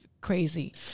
crazy